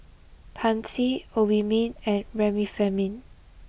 Pansy Obimin and Remifemin